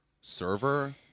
server